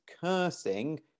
cursing